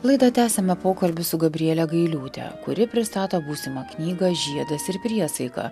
laidą tęsiame pokalbiu su gabriele gailiūte kuri pristato būsimą knygą žiedas ir priesaika